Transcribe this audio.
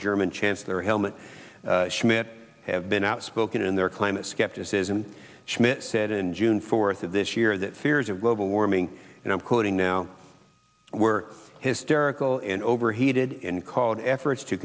german chancellor helmut schmidt have been outspoken in their climate skepticism schmidt said in june fourth of this year that fears of global warming and i'm quoting now were hysterical and overheated in called efforts to